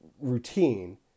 routine